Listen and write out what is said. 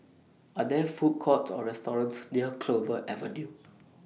Are There Food Courts Or restaurants near Clover Avenue